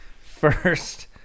First